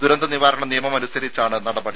ദുരന്ത നിവാരണ നിയമമനുസരിച്ചാണ് നടപടി